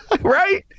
right